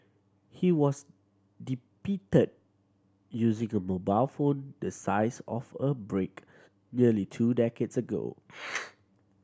he was depicted using a mobile phone the size of a brick nearly two decades ago